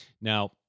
Now